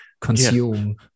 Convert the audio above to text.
consume